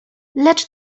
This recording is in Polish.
lecz